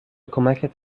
کمکت